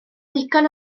ddigon